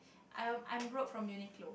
I'm I'm broke from Uniqlo